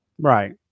right